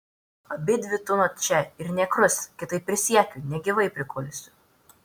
abidvi tūnot čia ir nė krust kitaip prisiekiu negyvai prikulsiu